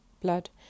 blood